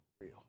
real